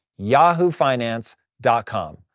yahoofinance.com